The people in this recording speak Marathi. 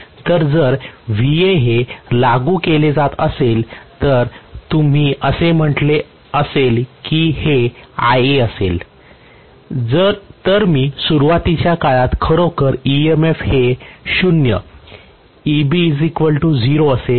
तर जर हे लागू केले जात असेल आणि जर तुम्ही असे म्हटले असेल हे Ia असेल तर मी सुरुवातीच्या काळात खरोखर EMF हे 0 असेन